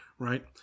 Right